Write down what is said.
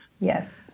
Yes